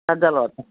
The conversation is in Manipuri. ꯊꯥꯖꯤꯜꯂꯛꯑꯣ